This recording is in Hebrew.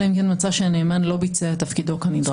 אלא אם יש מצב שהנאמן לא ביצע את תפקידו כנדרש.